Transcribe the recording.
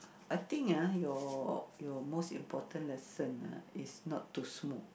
I think ah your your most important lesson ah is not to smoke